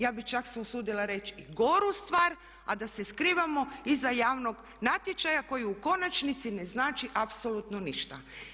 Ja bih čak se usudila reći i goru stvar, a da se skrivamo iza javnog natječaja koji u konačnici ne znači apsolutno ništa.